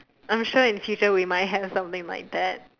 I'm sure in future we might have something like that